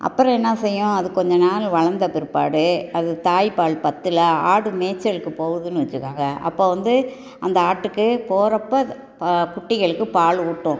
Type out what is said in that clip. அப்புறம் என்ன செய்யும் அது கொஞ்ச நாள் வளர்ந்த பிற்பாடு அது தாய்ப்பால் பத்துல ஆடு மேய்ச்சலுக்கு போகுதுனு வச்சுக்கோங்க அப்போது வந்து அந்த ஆட்டுக்கு போகிறப்ப குட்டிகளுக்கு பால் ஊட்டும்